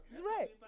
Right